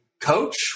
Coach